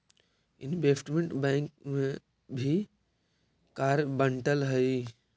investment bank में भी कार्य बंटल हई